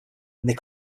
they